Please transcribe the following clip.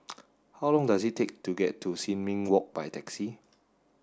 how long does it take to get to Sin Ming Walk by taxi